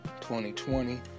2020